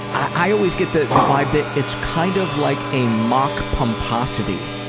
i always get the the vibe that it's kind of like a mock pomposity.